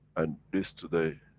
and this, today.